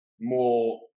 more